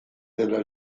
della